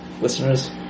listeners